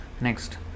Next